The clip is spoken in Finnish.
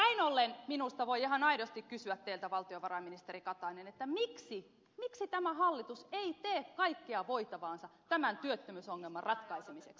näin ollen minusta voi ihan aidosti kysyä teiltä valtiovarainministeri katainen miksi tämä hallitus ei tee kaikkea voitavaansa tämän työttömyysongelman ratkaisemiseksi